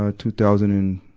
ah two thousand and,